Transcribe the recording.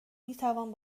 میتوان